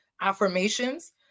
affirmations